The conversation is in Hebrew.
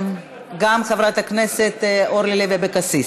גם חברת הכנסת אורלי לוי אבקסיס.